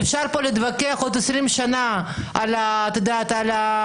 אפשר להתווכח פה עוד עשרים שנה על השוויון,